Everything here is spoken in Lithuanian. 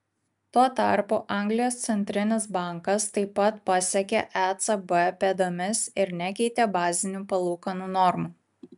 tuo tarpu anglijos centrinis bankas taip pat pasekė ecb pėdomis ir nekeitė bazinių palūkanų normų